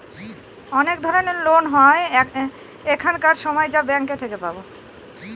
অনেক ধরনের লোন হয় এখানকার সময় যা ব্যাঙ্কে থেকে পাবো